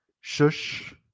Shush